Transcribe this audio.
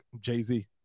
Jay-Z